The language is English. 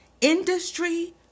industry